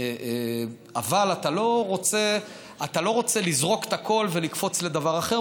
אבל אתה לא רוצה לזרוק את הכול ולקפוץ לדבר אחר,